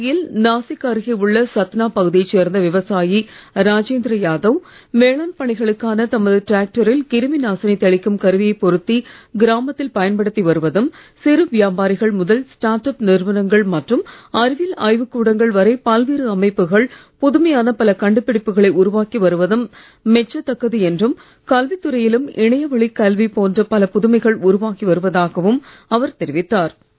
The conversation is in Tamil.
அந்த வகையில் நாசிக் அருகே உள்ள சத்னா பகுதியைச் சேர்ந்த விவசாயி ராஜேந்திர யாதவ் வேளாண் பணிகளுக்கான தமது டிராக்டரில் கிருமி நாசினி தெளிக்கும் கருவியைப் பொருத்தி கிராமத்தில் பயன்படுத்தி வருவதும் சிறு வியாபாரிகள் முதல் ஸ்டார்ட் அப் நிறுவனங்கள் மற்றும் அறிவியல் ஆய்வுக் கூடங்கள் வரை பல்வேறு அமைப்புகள் புதுமையான பல கண்டுபிடிப்புகளை உருவாக்கி வருவது மெச்சத் தக்கது என்றும் கல்வித் துறையிலும் இணைவழிக் கல்வி போன்ற பல புதுமைகள் உருவாகி வருவதாகவும் அவர் தெரிவித்தார்